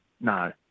no